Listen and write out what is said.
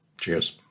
Cheers